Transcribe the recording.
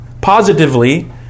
positively